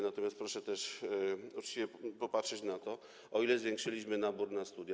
Natomiast proszę też uczciwie popatrzeć na to, o ile zwiększyliśmy nabór na studia.